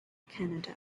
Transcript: canada